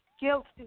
Guilty